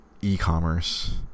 e-commerce